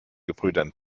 gebrüdern